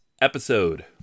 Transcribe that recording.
episode